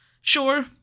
Sure